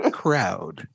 crowd